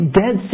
dead